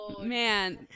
man